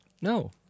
no